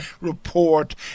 report